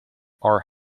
are